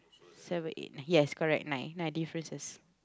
seven eight nine yes correct nine nine differences